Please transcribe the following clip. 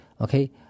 okay